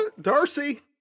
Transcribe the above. Darcy